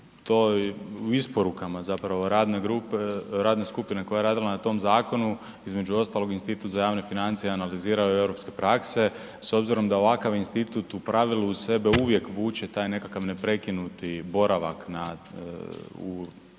U isporukama radne skupine koja je radila na tom zakonu između ostalog institut za javne financije analizirao je europske prakse, s obzirom da ovakav institut u pravilu uz sebe uvijek vuče taj nekakav neprekinuti boravak u ovom